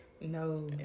No